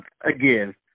Again